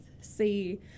see